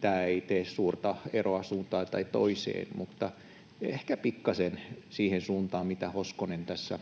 tämä ei tee suurta eroa suuntaan tai toiseen mutta ehkä pikkaisen siihen suuntaan, mitä Hoskonen tässä